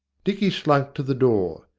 dicky slunk to the door.